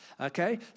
okay